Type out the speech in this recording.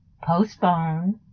postpone